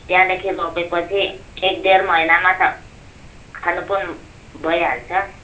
त्यहाँदेखि रोपेपछि एक डेढ महिनामा त खानु पनि भइहाल्छ